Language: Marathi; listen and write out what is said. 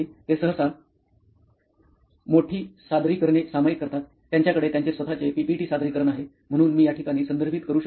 ते सहसा मोठी सादरीकरण सामायिक करतात त्यांच्याकडे त्यांचे स्वत चे पीपीटी सादरीकरण आहे म्हणून मी या ठिकाणी संदर्भित करू शकतो